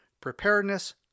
preparedness